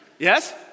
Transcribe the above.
Yes